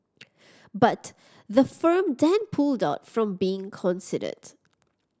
but the firm then pulled out from being considered